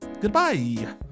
Goodbye